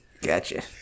gotcha